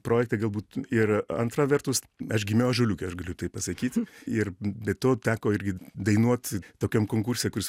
projektą galbūt ir antra vertus aš gimiau ąžuoliuke aš galiu tai pasakyt ir be to teko irgi dainuot tokiam konkurse kuris